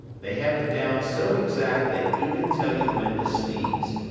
they have it down so exact they even tell you when to sneeze.